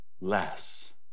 less